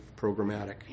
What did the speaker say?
programmatic